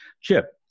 Chip